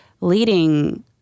leading